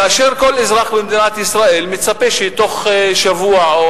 כאשר כל אזרח במדינת ישראל מצפה שתוך שבוע או